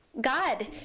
God